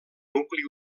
nucli